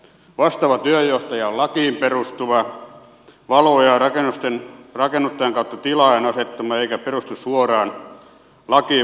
vastaava työnjohtaja on lakiin perustuva valvoja rakennuttajan kautta tilaajan asettama ja se ei perustu suoraan lakiin